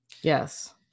Yes